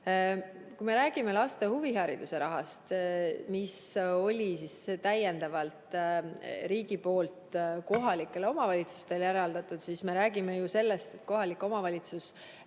Kui me räägime laste huvihariduse rahast, mille riik oli täiendavalt kohalikele omavalitsustele eraldanud, siis me räägime ju sellest, et kohalik omavalitsus